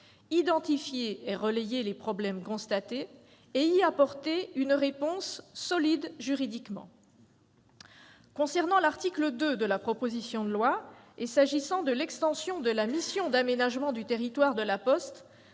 identifier et relayer les problèmes constatés, et y apporter une réponse solide juridiquement. J'en viens à l'article 2 de la proposition de loi et à l'extension de la mission d'aménagement du territoire de La Poste.